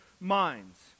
minds